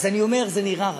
אז אני אומר שזה נראה רע.